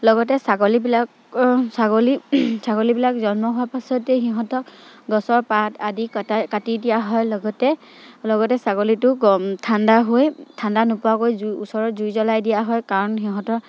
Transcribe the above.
লগতে ছাগলীবিলাক ছাগলী ছাগলীবিলাক জন্ম হোৱাৰ পাছতেই সিহঁতক গছৰ পাত আদি কটাই কাটি দিয়া হয় লগতে লগতে ছাগলীটো গৰম ঠাণ্ডা হৈ ঠাণ্ডা নোপোৱাকৈ জুইৰ ওচৰত জুই জ্বলাই দিয়া হয় কাৰণ সিহঁতৰ